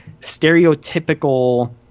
stereotypical